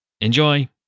Enjoy